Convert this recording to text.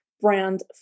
brand